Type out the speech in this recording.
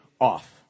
off